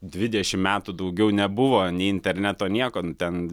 dvidešim metų daugiau nebuvo nei interneto nieko ten